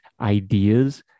ideas